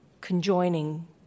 conjoining